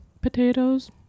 potatoes